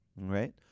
Right